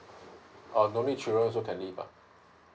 err don't need children also can live ah